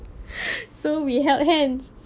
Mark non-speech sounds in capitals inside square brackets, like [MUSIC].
[LAUGHS] so we held hands